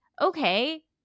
okay